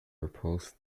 repulsed